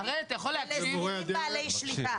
ולשכירים בעלי שליטה.